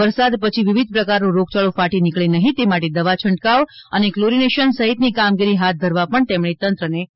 વરસાદ પછી વિવિધ પ્રકારનો રોગયાળો ફાટી નીકળે નહીં તે માટે દવા છંટકાવ અને ક્લોરીનેશન સહિત કામગીરી હાથ ધરવા પણ તેમણે તંત્ર ને કહ્યું છે